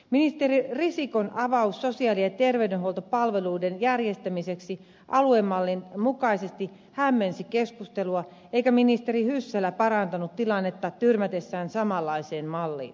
ministeri risikon avaus sosiaali ja terveydenhuoltopalveluiden järjestämiseksi aluemallin mukaisesti hämmensi keskustelua eikä ministeri hyssälä parantanut tilannetta tyrmätessään samaisen mallin